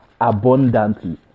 abundantly